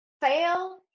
fail